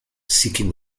seeking